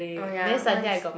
oh ya mine is